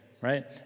right